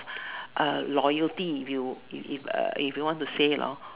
uh loyalty if you if if uh you want to say lor